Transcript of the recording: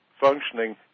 functioning